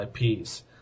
IPs